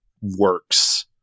works